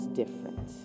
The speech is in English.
different